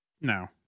No